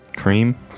Cream